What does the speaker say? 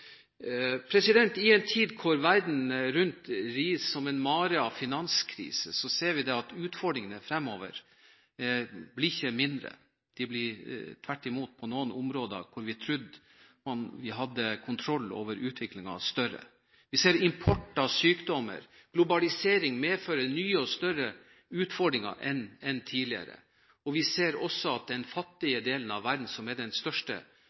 I en tid da verden rundt oss ris som en mare av finanskrise, ser vi at utfordringene fremover ikke blir mindre, de blir tvert imot større på noen områder der vi trodde vi hadde kontroll over utviklingen. Vi ser import av sykdommer; globalisering medfører nye og større utfordringer enn tidligere. Vi ser også at den fattige delen av verden som er den største,